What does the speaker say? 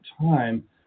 time